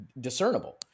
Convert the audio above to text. discernible